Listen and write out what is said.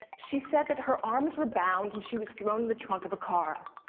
she said that her arms were bound and she was thrown in the trunk of a car.